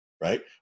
right